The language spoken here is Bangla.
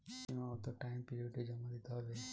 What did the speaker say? সীমাবদ্ধ টাইম পিরিয়ডে জমা দিতে হয়